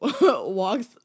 walks